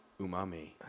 Umami